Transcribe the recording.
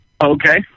Okay